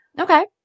Okay